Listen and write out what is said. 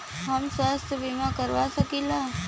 हम स्वास्थ्य बीमा करवा सकी ला?